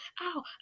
ow